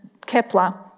Kepler